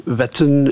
wetten